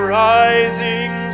rising